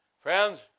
Friends